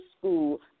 school